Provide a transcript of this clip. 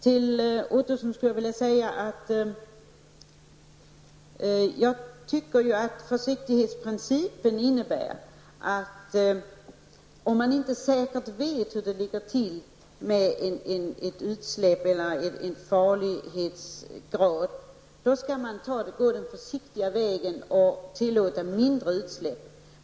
Till Roy Ottosson skulle jag vilja säga följande. Försiktighetsprincipen innebär enligt min mening att man, om man inte säkert vet hur det förhåller sig med ett utsläpp eller om man inte känner till en produkts farlighetsgrad, skall gå försiktigt fram och bara tillåta mindre utsläpp.